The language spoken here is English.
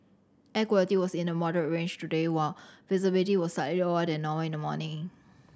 air quality was in the moderate range today while visibility was slightly lower than normal in the morning